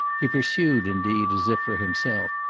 he pursued indeed as if for himself.